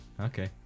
okay